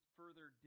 further